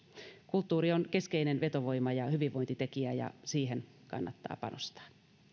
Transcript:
kulttuuri on keskeinen vetovoima ja ja hyvinvointitekijä ja siihen kannattaa panostaa